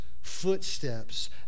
footsteps